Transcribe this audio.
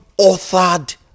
authored